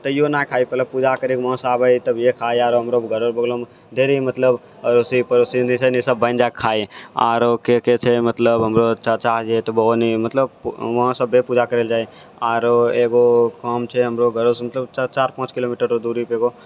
तैयो ने खाइ लए पहिले पूजा करी के वहाँ से आबै हँ तभिये खाय हँ हमरो घरोके बगलोमे ढ़ेरी मतलब अड़ोसिन पड़ोसिन जे छै ने सब बहीन जाइके खाय है आरोके के छै मतलब हमरो चाचा छै तऽ ओहो नी मतलब वहाँ सबे पूजा करै लए जाइ छै आरो एगो काम छै हमरो घरसँ मतलब चारि पाँच किलोमीटरके दूरीपर एगो